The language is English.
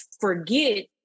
forget